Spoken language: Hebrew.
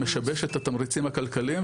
שמשבש את התמריצים הכלכליים,